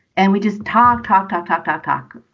and we just talk, talk, talk, talk, talk, talk